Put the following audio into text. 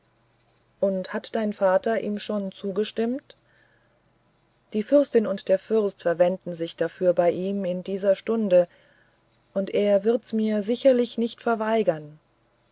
und hat dein vater ihm schon zugestimmt die fürstin und der fürst verwenden sich dafür bei ihm in dieser selben stunde und er wird mir's sicherlich nicht verweigern